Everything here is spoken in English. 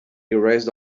erased